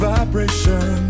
Vibration